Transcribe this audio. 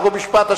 חוק ומשפט,